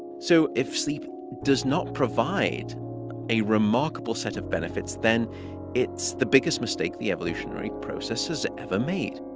so if sleep does not provide a remarkable set of benefits, then it's the biggest mistake the evolutionary process has ever made